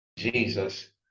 Jesus